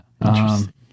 Interesting